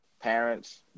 parents